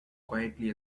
quietly